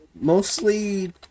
mostly